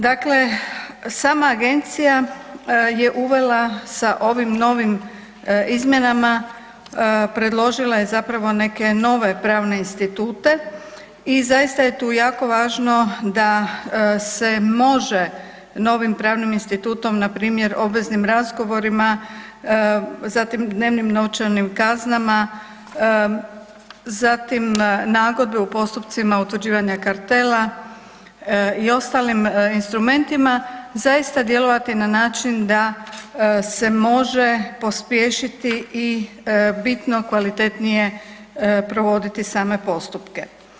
Dakle, sama Agencija je uvela sa ovim novim izmjenama predložila je zapravo neke nove pravne institute i zaista je tu jako važno da se može novim pravnim institutom npr. obveznim razgovorima, zatim dnevnim novčanim kaznama, zatim nagodbe u postupcima utvrđivanja kartela i ostalim instrumentima zaista djelovati na način da se može pospješiti i bitno kvalitetnije provoditi same postupke.